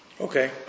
Okay